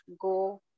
go